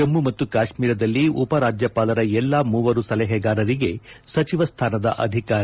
ಜಮ್ಮು ಮತ್ತು ಕಾಶ್ಮೀರದಲ್ಲಿ ಉಪರಾಜ್ಯಪಾಲರ ಎಲ್ಲಾ ಮೂವರು ಸಲಹೆಗಾರರಿಗೆ ಸಚಿವ ಸ್ಡಾನದ ಅಧಿಕಾರ